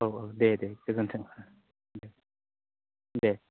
औ औ दे दे गोजोन्थों दे दे